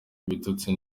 ibitutsi